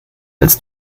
als